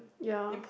ya